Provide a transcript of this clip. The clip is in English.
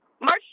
March